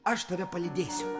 aš tave palydėsiu